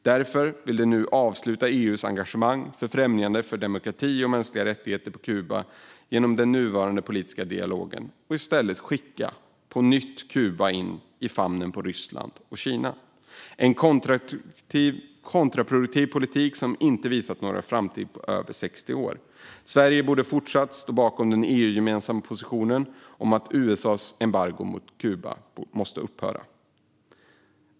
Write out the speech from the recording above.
Därför vill den nu avsluta EU:s engagemang för främjande av demokrati och mänskliga rättigheter på Kuba genom den nuvarande politiska dialogen och i stället på nytt skicka Kuba in i famnen på Ryssland och Kina. Det är en kontraproduktiv politik som inte har visat några framsteg på över 60 år. Sverige borde fortsatt stå bakom den EU-gemensamma positionen om att USA:s embargo mot Kuba måste upphöra.